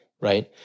right